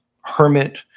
hermit